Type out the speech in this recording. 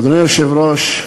אדוני היושב-ראש,